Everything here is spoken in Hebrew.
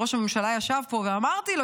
וראש הממשלה ישב פה ואמרתי לו,